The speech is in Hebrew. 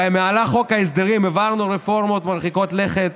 במהלך חוק ההסדרים העברנו רפורמות מרחיקות לכת,